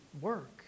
work